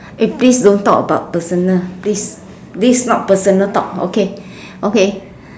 eh please don't talk about personal this this not personal talk okay okay